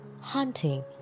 Hunting